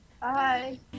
Bye